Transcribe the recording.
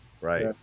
right